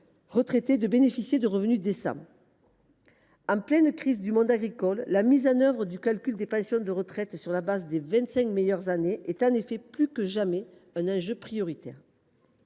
retraités bénéficient de revenus décents. En pleine crise du monde agricole, la mise en œuvre du calcul des pensions de retraite sur la base des vingt cinq meilleures années est, plus que jamais, un enjeu prioritaire.